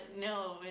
No